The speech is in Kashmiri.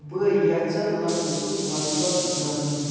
بہٕ یژھٕ لفظُک مطلب زانُن